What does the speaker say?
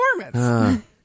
performance